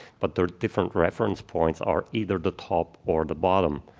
but the different reference points are either the top or the bottom,